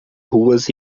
ruas